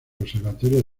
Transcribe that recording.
observatorio